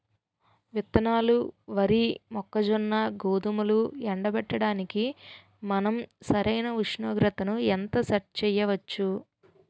విత్తనాలు వరి, మొక్కజొన్న, గోధుమలు ఎండబెట్టడానికి మనం సరైన ఉష్ణోగ్రతను ఎంత సెట్ చేయవచ్చు?